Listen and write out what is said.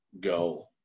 go